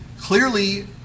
Clearly